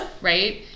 right